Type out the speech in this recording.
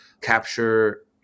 capture